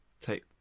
take